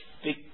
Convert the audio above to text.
speak